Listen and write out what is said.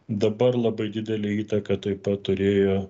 dabar labai didelę įtaką taip pat turėjo